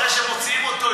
אחרי שמוציאים אותו,